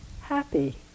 happy